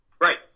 right